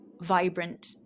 vibrant